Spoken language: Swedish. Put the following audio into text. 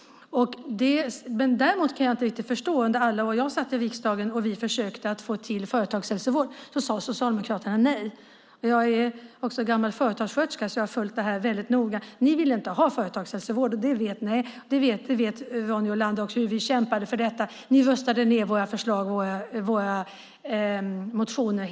Däremot kan jag inte riktigt förstå en sak. Under alla år som jag satt i riksdagen och vi försökte få till företagshälsovård sade Socialdemokraterna nej. Jag är också gammal företagssköterska, så jag har följt det här väldigt noga. Ni ville inte ha företagshälsovård. Ronny Olander vet också hur vi kämpade för detta. Ni röstade hela tiden ned våra förslag och våra motioner.